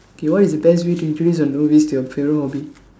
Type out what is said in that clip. K what is the best way to introduce a novice to your favourite hobby